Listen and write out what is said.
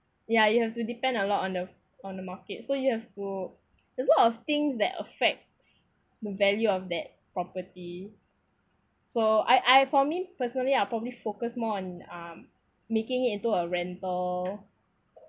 ya you have to depend a lot on the on the market so you have to there's a lot of things that affects the value of that property so I I for me personally I probably focus more on um making it into a rental